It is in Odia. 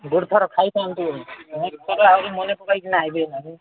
ଗୋଟେ ଥର ଖାଇଯାଆନ୍ତୁ ନେକ୍ସଟ୍ ଥର ଆହୁରି ମନେ ପକେଇକିନା ଆସିବେ ଆଉ